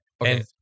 Okay